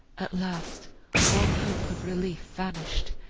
at last all hope of relief vanished,